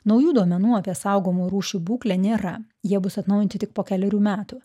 naujų duomenų apie saugomų rūšių būklę nėra jie bus atnaujinti tik po kelerių metų